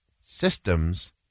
systems